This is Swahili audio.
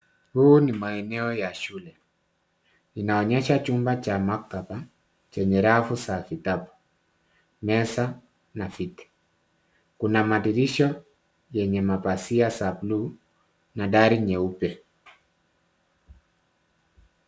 Huu ni maeneo ya shule. Inaonyesha chumba cha maktaba chenye rafu za vitabu, meza na viti. Kuna madirisha yenye mapazia za buluu na dari nyeupe.